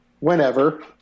Whenever